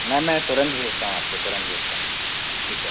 मैं मैं तुरंत भेजता हूँ आपको तुरंत भेजता हूँ ठीक है